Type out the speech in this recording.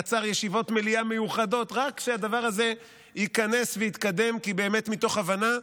יצר ישיבות מליאה מיוחדות רק כדי שהדבר זה יתכנס ויתקדם רק מתוך הבנה.